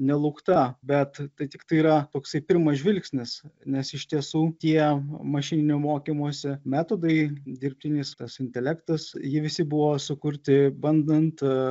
nelaukta bet tai tiktai yra toksai pirmas žvilgsnis nes iš tiesų tie mašininio mokymosi metodai dirbtinis tas intelektas jie visi buvo sukurti bandant